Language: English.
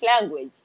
language